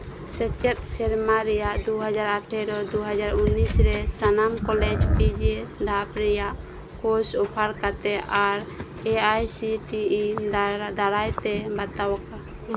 ᱥᱮᱪᱮᱫ ᱥᱮᱨᱢᱟ ᱨᱮᱭᱟᱜ ᱫᱩ ᱦᱟᱡᱟᱨ ᱟᱴᱷᱮᱨᱚ ᱫᱩ ᱦᱟᱡᱟᱨ ᱩᱱᱤᱥ ᱨᱮ ᱥᱟᱱᱟᱢ ᱠᱚᱞᱮᱡᱽ ᱯᱤ ᱡᱤ ᱫᱷᱟᱯ ᱨᱮᱭᱟᱜ ᱠᱳᱨᱥ ᱚᱯᱷᱟᱨ ᱠᱟᱛᱮᱜ ᱟᱨ A I C T E ᱫᱟᱨᱟᱭ ᱛᱮ ᱵᱟᱛᱟᱣᱟᱠᱟ